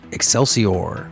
Excelsior